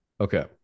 Okay